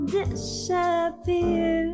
disappear